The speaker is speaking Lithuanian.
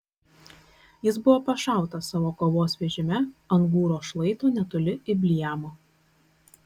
jis buvo pašautas savo kovos vežime ant gūro šlaito netoli ibleamo